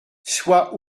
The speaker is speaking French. soit